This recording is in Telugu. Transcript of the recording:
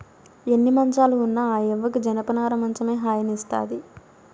ఎన్ని మంచాలు ఉన్న ఆ యవ్వకి జనపనార మంచమే హాయినిస్తాది